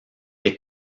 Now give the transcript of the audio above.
est